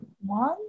one